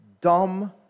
dumb